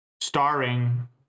starring